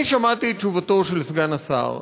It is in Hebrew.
אני שמעתי את תשובתו של סגן השר,